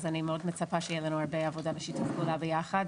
אז אני מאוד מצפה שהיה לנו הרבה עבודה בשיתוף פעולה ביחד,